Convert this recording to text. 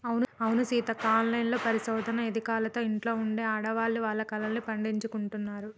అవును సీతక్క ఆన్లైన్ పరిశోధన ఎదికలతో ఇంట్లో ఉండే ఆడవాళ్లు వాళ్ల కలల్ని పండించుకుంటున్నారు